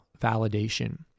validation